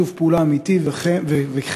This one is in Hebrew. בטח שאני יודע.